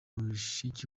mushiki